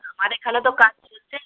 আমার এখানে তো কাজ চলছেই